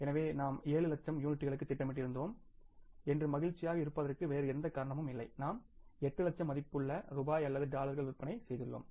எனவே நாம் 7 லட்சம் அலகுகளுக்கு திட்டமிட்டிருந்தோம் என்று மகிழ்ச்சியாக இருப்பதற்கு வேறு எந்த காரணமும் இல்லை நாம் 8 லட்சம் மதிப்புள்ள ரூபாய் அல்லது டாலர்கள் விற்பனை செய்துள்ளோம்